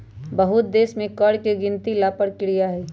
बहुत देश में कर के गिनती ला परकिरिया हई